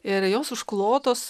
ir jos užklotos